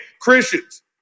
Christians